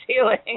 ceiling